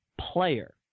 player